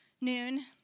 noon